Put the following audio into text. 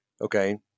Okay